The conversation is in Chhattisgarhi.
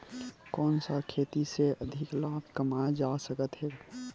कोन सा खेती से अधिक लाभ कमाय जा सकत हे?